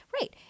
Right